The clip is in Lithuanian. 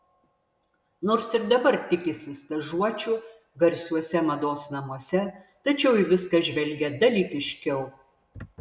nors ir dabar tikisi stažuočių garsiuose mados namuose tačiau į viską žvelgia dalykiškiau